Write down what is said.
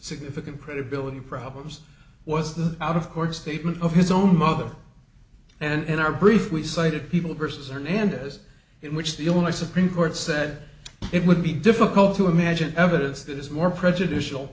significant credibility problems was the out of court statement of his own mother and in our brief we sighted people versus hernandez in which the illinois supreme court said it would be difficult to imagine evidence that is more prejudicial